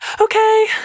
Okay